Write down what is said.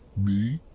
me?